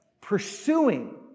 Pursuing